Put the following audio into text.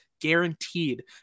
Guaranteed